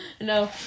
No